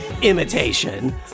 imitation